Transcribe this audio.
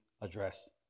address